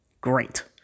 Great